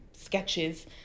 sketches